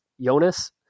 Jonas